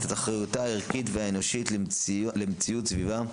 את אחריותה הערכית והאנושית למציאות שסביבה,